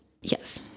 yes